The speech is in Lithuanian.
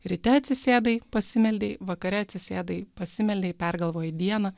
ryte atsisėdai pasimeldei vakare atsisėdai pasimeldei pergalvoji dieną